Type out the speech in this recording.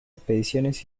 expediciones